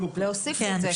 להוסיף את זה.